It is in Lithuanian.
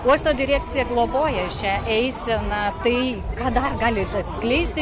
uosto direkcija globoja šią eiseną tai ką dar galit atskleisti